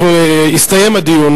הסתיים הדיון